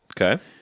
Okay